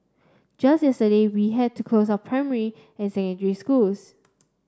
just yesterday we had to close our primary and secondary schools